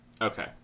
Okay